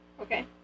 Okay